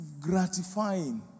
gratifying